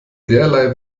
derlei